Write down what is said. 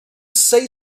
say